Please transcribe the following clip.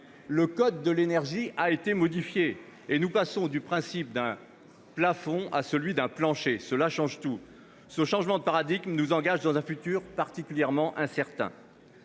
le code de l'énergie. Nous passons ainsi du principe d'un plafond à celui d'un plancher, ce qui change tout ! Ce changement de paradigme nous engage dans un avenir particulièrement incertain.